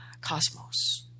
cosmos